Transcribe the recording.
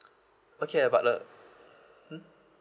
okay but uh hmm